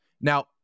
Now